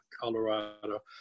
Colorado